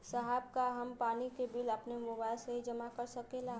साहब का हम पानी के बिल अपने मोबाइल से ही जमा कर सकेला?